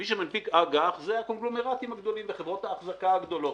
מי שמנפיק אג"ח הם הקונגלומרטים הגדולים וחברות האחזקה הגדולות.